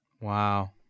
Wow